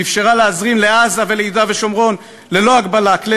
ואפשרה להזרים לעזה וליהודה ושומרון ללא הגבלה כלי